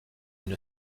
une